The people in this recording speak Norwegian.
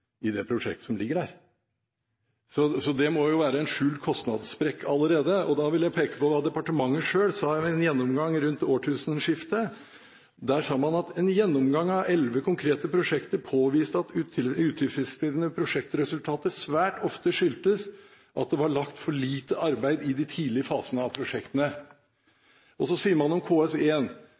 i det prosjektet som ligger her. Så det må være en skjult kostnadssprekk allerede. Da vil jeg peke på hva departementet selv sa ved en gjennomgang rundt årtusenskiftet: «En gjennomgang av 11 konkrete prosjekter påviste at utilfredsstillende prosjektresultater svært ofte skyldtes at det var lagt for lite arbeid i de tidlige faser av prosjektene.» Så sier man om KS1 at det for «alle prosjekter utarbeides en